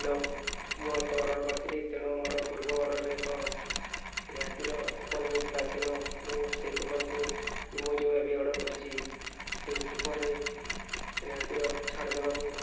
hello ମୁଁ ଏକ order କରିଥିଲି ତେଣୁ ମୋର ପୂର୍ବ ଅର୍ଡ଼ର୍ରେ ଏକ ରିହାତିର କୁପନ୍ ମିଳିଥିଲା ତେଣୁ ମୁଁ ସେଇ କୁପନ୍କୁ ମୁଁ ଯେଉଁଏବେ ଅର୍ଡ଼ର୍ କରିଛି ସେଇ କୁପନ୍ରେ ରିହାତିର ଛାଡ଼ ଦେବାକୁ